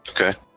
Okay